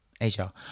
Asia